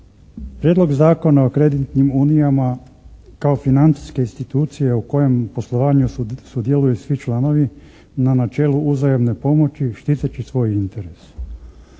Prijedlog zakona o kreditnim unijama kao financijske institucije u kojem poslovanju sudjeluju svi članovi na načelu uzajamne pomoći, štiteći svoj interes.